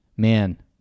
Man